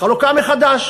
חלוקה מחדש.